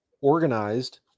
organized